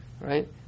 right